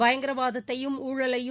பயங்கரவாதத்தையும் ஊழலையும்